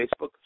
Facebook